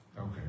Okay